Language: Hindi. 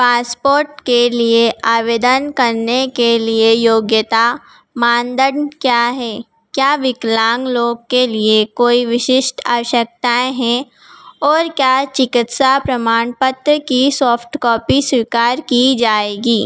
पासपोर्ट के लिए आवेदन करने के लिए योग्यता मानदंड क्या है क्या विकलांग लोग के लिए कोई विशिष्ट आवश्यकताएँ हैं और क्या चिकित्सा प्रमाण पत्र की सॉफ्टकॉपी स्वीकार की जाएगी